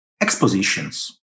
expositions